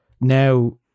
now